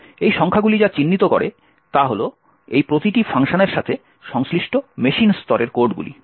এই সংখ্যাগুলি যা চিহ্নিত করে তা হল এই প্রতিটি ফাংশনের সাথে সংশ্লিষ্ট মেশিন স্তরের কোডগুলি